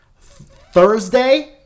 Thursday